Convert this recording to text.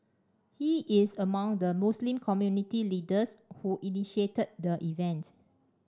he is among the Muslim community leaders who initiated the event